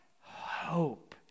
hope